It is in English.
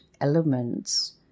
elements